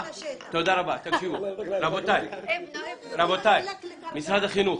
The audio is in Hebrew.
משרד החינוך,